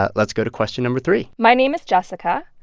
ah let's go to question number three my name is jessica.